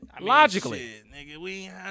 Logically